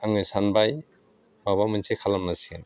आङो सानबाय माबा मोनसे खालामनांसिगोन